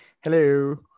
hello